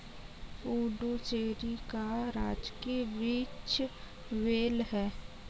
पुडुचेरी का राजकीय वृक्ष बेल है